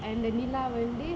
and நிலா வந்து:nilaa vanthu